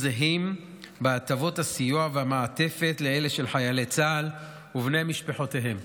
זהים בהטבות הסיוע והמעטפת לאלה של חיילי צה"ל ובני משפחותיהם.